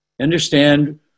Understand